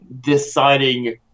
deciding